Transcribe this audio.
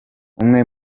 umwe